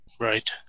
Right